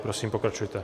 Prosím, pokračujte.